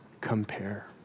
compare